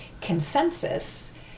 consensus